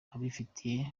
abifite